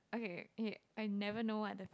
okay okay I never know what other